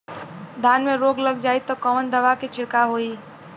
धान में रोग लग जाईत कवन दवा क छिड़काव होई?